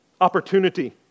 opportunity